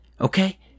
Okay